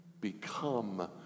become